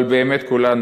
אבל באמת כולנו,